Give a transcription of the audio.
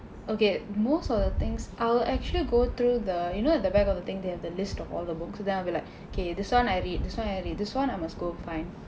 okay most of the things I'll actually go through the you know at the back of the thing they have the list of all the book then I'll be like okay this [one] I read this [one] this [one] I must go find